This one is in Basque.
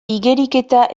igeriketa